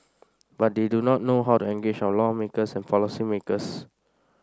but they do not know how to engage our lawmakers and policymakers